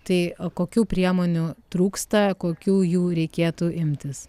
tai o kokių priemonių trūksta kokių jų reikėtų imtis